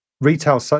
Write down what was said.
retail